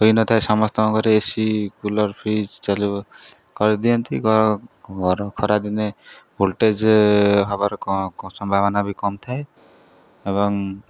ହୋଇ ନ ଥାଏ ସମସ୍ତଙ୍କ ଘରେ ଏ ସି କୁଲର୍ ଫ୍ରିଜ୍ ଚାଲିବ କରିଦିଅନ୍ତି ଘର ଘର ଖରାଦିନେ ଭୋଲ୍ଟେଜ୍ ହବାର କ କ ସମ୍ଭାବନା ବି କମ୍ ଥାଏ ଏବଂ